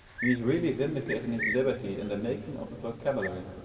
he is really vindicating his liberty in the making of a vocabulary,